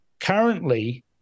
Currently